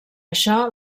això